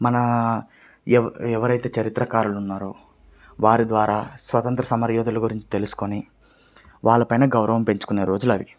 మన ఎవరైతే చరిత్రకారులు ఉన్నారో వారి ద్వారా స్వతంత్ర సమరయోధుల గురించి తెలుసుకొని వాళ్ళ పైన గౌరవం పెంచుకొనే రోజులు అవి